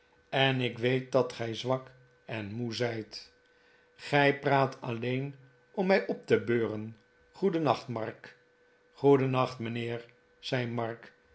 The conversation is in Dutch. en ik weet dat gij zwak en moe zijt gij praat alleen om mij op te beuren goedennacht mark goedennacht mijnheer zei mark